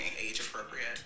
age-appropriate